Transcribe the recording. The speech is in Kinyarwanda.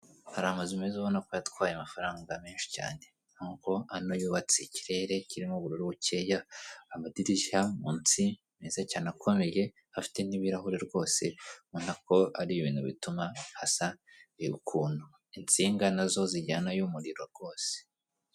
Hari amazu meza ubona ko yatwaye amafaranga menshi cyane nk'uko ano yubatse, ikirere kirimo ubururu bukeye amadirishya munsi meza cyane akomeye afite n'ibirahure rwose, ubona ko ari ibintu bituma hasa ukuntu, insinga nazo zijyanayo umuriro rwose.